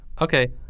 Okay